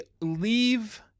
leave